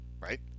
right